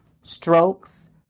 strokes